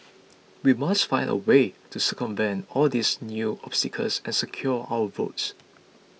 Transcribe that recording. we must find a way to circumvent all these new obstacles and secure our votes